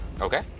okay